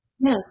Yes